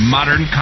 Modern